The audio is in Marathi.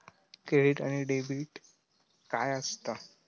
क्रेडिट आणि डेबिट काय असता?